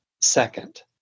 Second